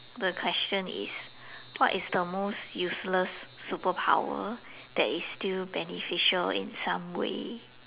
the question is what is the most useless superpower that is still beneficial in some way